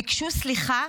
ביקשו סליחה,